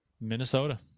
Minnesota